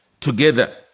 together